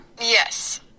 Yes